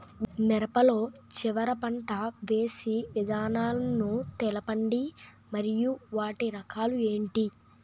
మిరప లో చివర పంట వేసి విధానాలను తెలపండి మరియు వాటి రకాలు ఏంటి